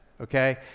okay